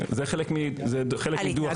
זה חלק מדו"ח פלמו"ר.